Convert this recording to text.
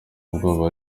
ubwoba